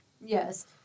Yes